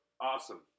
awesome